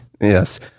Yes